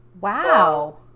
Wow